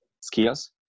skills